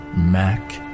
Mac